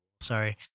Sorry